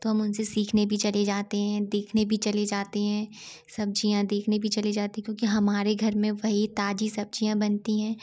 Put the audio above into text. तो हम उनसे सीखने भी चले जाते है देखने भी चले जाते है सब्ज़ियाँ देखने भी चले जाते है क्योंकि हमारे घर मे वही ताज़ी सब्ज़ियाँ बनती है